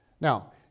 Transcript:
Now